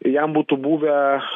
jam būtų buvę